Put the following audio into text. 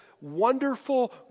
wonderful